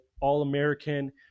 All-American